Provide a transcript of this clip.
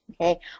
okay